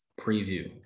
preview